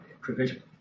provision